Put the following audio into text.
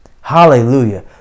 hallelujah